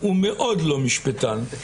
הוא מאוד לא משפטן.